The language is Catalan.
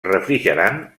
refrigerant